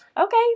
Okay